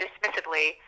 dismissively